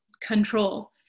control